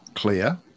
clear